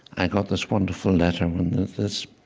i got this wonderful letter when this